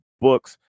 books